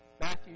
Matthew